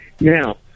Now